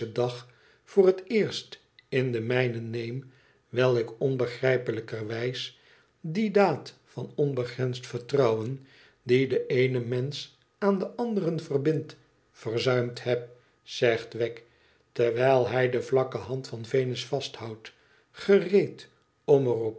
dag voor het eerst in de mijne neem wijl ik onbegrijpelijkerwijs die daad van onbeensd vertrouwen die den eenen mensch aan den anderen verbindt verzuimd heb zegt wegg terwijl hij de vlakke hand van venus vasthoudt gereed om er